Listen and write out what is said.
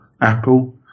Apple